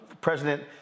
President